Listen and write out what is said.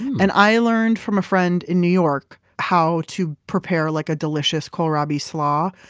and i learned from a friend in new york how to prepare like a delicious kohlrabi slaw.